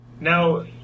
Now